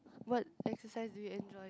what exercise do you enjoy